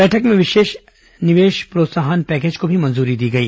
बैठक में विशेष निवेश प्रोत्साहन पैकेज को भी मंजूरी दी गई